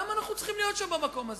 למה אנחנו צריכים להיות במקום הזה?